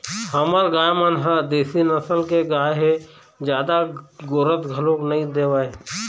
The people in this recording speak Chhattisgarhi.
हमर गाय मन ह देशी नसल के गाय हे जादा गोरस घलोक नइ देवय